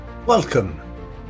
Welcome